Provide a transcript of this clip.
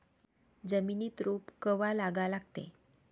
जमिनीत रोप कवा लागा लागते?